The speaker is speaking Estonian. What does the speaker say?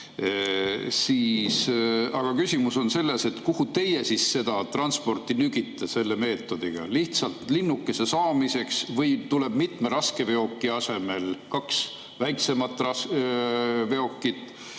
küsimus on selles, kuhu teie siis seda transporti nügite selle meetodiga, kas [teete seda] lihtsalt linnukese saamiseks või tuleb mitme raskeveoki asemele kaks väiksemat veokit